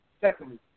Secondly